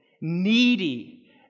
needy